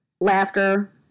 laughter